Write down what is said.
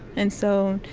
and so,